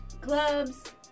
clubs